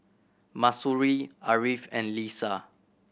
Mahsuri Ariff and Lisa